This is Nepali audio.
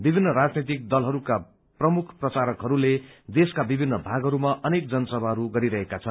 विभिन्न राजनैतिक दलहरूका प्रमुख प्रचारकहरूले देशका विभिन्न भागहरूमा अनेक जनसभाहरू गरिरहेका छन्